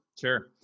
sure